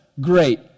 great